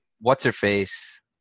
What's-her-face